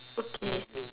okay